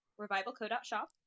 revivalco.shop